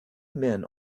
men